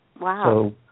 Wow